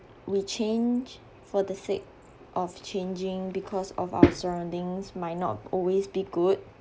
we change for the sake of changing because of our surroundings might not always be good